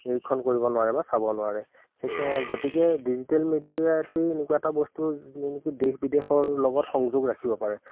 নিৰীক্ষণ কৰিব নোৱাৰে বা চাব নোৱাৰে সেই গতিকে ডিজিটেল মিডিয়াটোৱেই এনেকুৱা এটা বস্তু যি নেকি দেশ বিদেশৰ লগত সংযোগ ৰাখিব পাৰে